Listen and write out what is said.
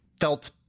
felt